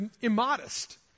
immodest